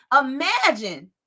Imagine